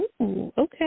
Okay